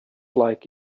like